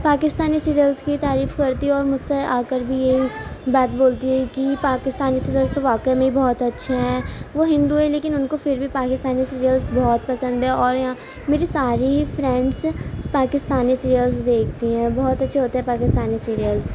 Pakistani serials کی تعریف کرتی ہے اور مجھ سے آکر بھی یہی بات بولتی ہے کہ پاکستانی سیریل تو واقعی میں بہت اچھے ہیں وہ ہندو ہیں لیکن ان کو پھر بھی پاکستانی سیریلس بہت پسند ہیں اور یہاں میری ساری فرینڈس پاکستانی سیریلس دیکھتی ہیں بہت اچھے ہوتے ہیں پاکستانی سیریلس